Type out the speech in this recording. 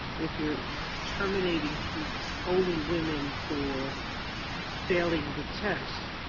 if your terminating keeps only women for failing the test,